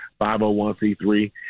501c3